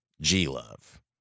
G-Love